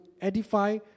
edify